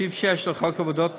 סעיף 6 לחוק עבודת נשים,